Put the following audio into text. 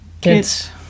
kids